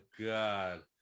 god